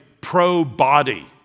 pro-body